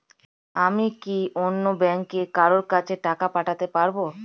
আমি কি অন্য ব্যাংকের কারো কাছে টাকা পাঠাতে পারেব?